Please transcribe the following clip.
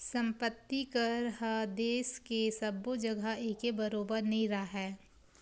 संपत्ति कर ह देस के सब्बो जघा एके बरोबर नइ राहय